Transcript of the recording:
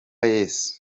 yesu